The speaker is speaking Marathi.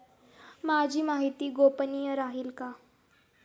माझी माहिती गोपनीय राहील का?